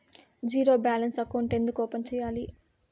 zero balance అకౌంట్లు ఎందుకు open సేయాలి